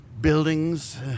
buildings